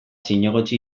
zinegotzi